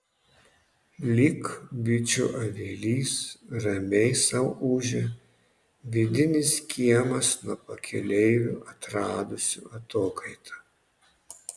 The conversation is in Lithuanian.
lyg bičių avilys ramiai sau ūžia vidinis kiemas nuo pakeleivių atradusių atokaitą